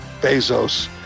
Bezos